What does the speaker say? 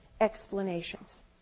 explanations